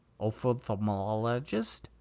Ophthalmologist